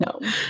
No